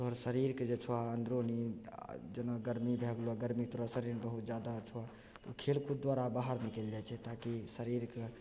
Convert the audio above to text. तोहर शरीरके छौ अन्दरूनी जेना गर्मी भए गेलौ गर्मी तोरा शरीरमे बहुत जादा छौ तऽ उ खेल कूद द्वारा बाहर निकलि जाइ छै ताकि शरीरके